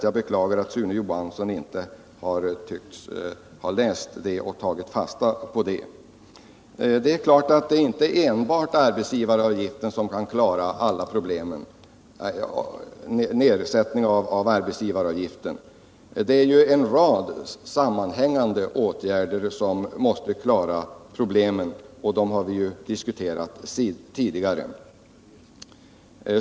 Jag beklagar att Sune Johansson inte tycks ha läst och tagit fasta på detta. Det är klart att enbart en sänkning av arbetsgivaravgiften inte kan klara alla problem. Det är en rad sammanhängande åtgärder som måste genomföras för att klara problemen. Åtgärderna har vi diskuterat tidigare.